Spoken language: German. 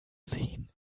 sehen